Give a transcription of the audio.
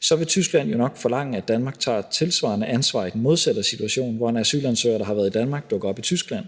så vil Tyskland jo nok forlange, at Danmark tager et tilsvarende ansvar i den modsatte situation, hvor en asylansøger, der har været i Danmark, dukker op i Tyskland.